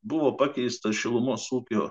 buvo pakeistas šilumos ūkio